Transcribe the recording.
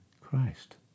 Christ